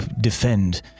defend